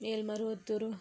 Melmaruvathur